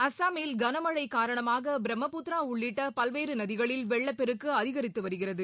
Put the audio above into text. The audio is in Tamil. அசாமில் கனமழை காரணமாக பிரம்மபுத்ரா உள்ளிட்ட பல்வேறு நதிகளில் வெள்ளப் பெருக்கு அதிகாரித்து வருகிறது